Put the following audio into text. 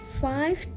five